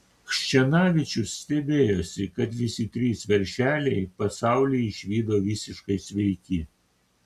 chščenavičius stebėjosi kad visi trys veršeliai pasaulį išvydo visiškai sveiki